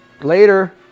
Later